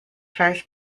first